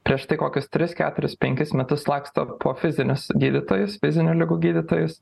prieš tai kokius tris keturis penkis metus laksto po fizinius gydytojus fizinių ligų gydytojus